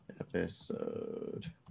episode